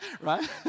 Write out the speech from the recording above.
Right